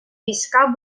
війська